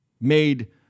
made